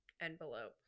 envelope